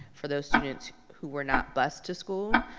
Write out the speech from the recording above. for those students who were not bussed to school,